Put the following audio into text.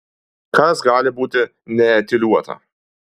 kas gali būti neetiliuota